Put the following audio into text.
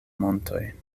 montoj